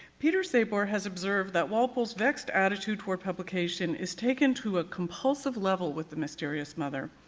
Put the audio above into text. peter sabor has observed that walpole's vexed attitude toward publication is taken to a compulsive level with the mysterious mother.